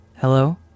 Hello